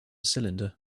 cylinder